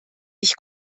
ich